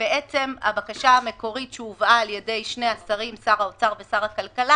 ובעצם הבקשה המקורית שהובאה על-ידי שני השרים שר האוצר ושר הכלכלה